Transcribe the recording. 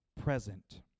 present